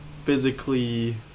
physically